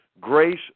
grace